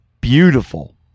beautiful